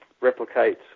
replicate